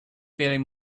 feeling